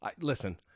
Listen